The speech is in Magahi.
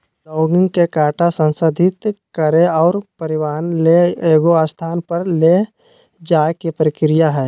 लॉगिंग के काटा संसाधित करे और परिवहन ले एगो स्थान पर ले जाय के प्रक्रिया हइ